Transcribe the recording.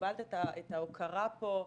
שקיבלת את ההוקרה פה,